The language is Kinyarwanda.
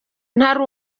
ntari